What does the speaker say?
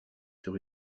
sur